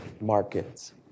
markets